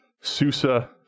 Susa